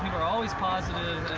are always positive.